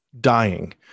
dying